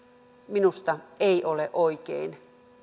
minusta ei ole oikein